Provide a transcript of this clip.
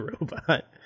robot